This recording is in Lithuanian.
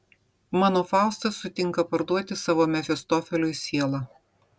mano faustas sutinka parduoti savo mefistofeliui sielą